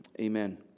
amen